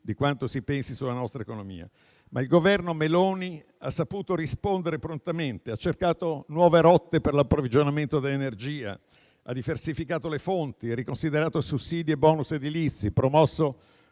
di quanto si pensi sulla nostra economia. Il Governo Meloni, tuttavia, ha saputo rispondere prontamente: ha cercato nuove rotte per l'approvvigionamento dell'energia, diversificato le fonti, riconsiderato sussidi e *bonus* edilizi, promosso